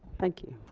thank you.